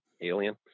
alien